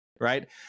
right